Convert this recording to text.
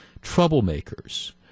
troublemakers